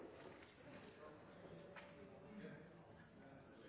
neste